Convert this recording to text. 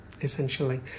essentially